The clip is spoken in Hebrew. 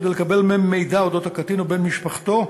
כדי לקבל מהם מידע על הקטין או על בן משפחתו,